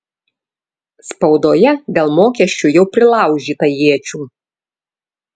spaudoje dėl mokesčių jau prilaužyta iečių